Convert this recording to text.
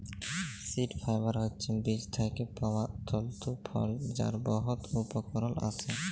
seed fibre হছে বীজ থ্যাইকে পাউয়া তল্তু ফল যার বহুত উপকরল আসে